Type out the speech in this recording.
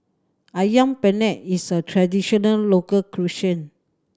Ayam Penyet is a traditional local cuisine